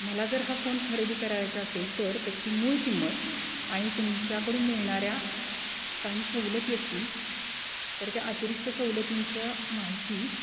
मला जर हा फोन खरेदी करायचा असेल तर त्याची मूळ किंमत आणि तुमच्याकडून मिळणाऱ्या काही सवलती असतील तर त्या अतिरिक्त सवलतींचं माहिती